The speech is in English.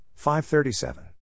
537